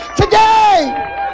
today